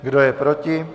Kdo je proti?